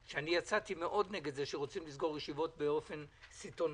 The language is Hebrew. יצאתי מאוד נגד זה שרוצים לסגור ישיבות באופן סיטונאי.